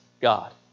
God